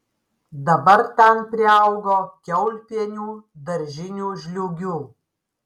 dabar ten priaugo kiaulpienių daržinių žliūgių